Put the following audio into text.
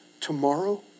tomorrow